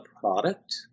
product